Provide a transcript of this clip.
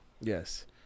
Yes